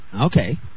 Okay